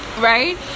Right